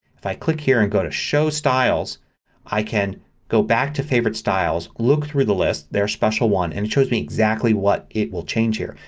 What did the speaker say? if i click here and go to show styles i can go back to favorite styles. look through the list. there's special one and it shows exactly what it will change here.